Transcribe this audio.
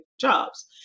jobs